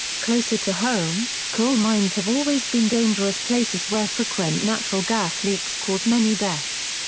closer to home, coal mines have always been dangerous places where frequent natural gas leaks cause many deaths.